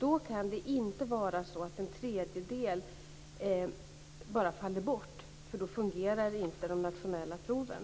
Då kan det inte vara så att en tredjedel bara faller bort, för då fungerar inte de nationella proven.